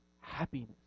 happiness